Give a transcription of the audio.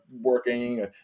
working